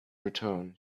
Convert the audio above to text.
return